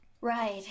Right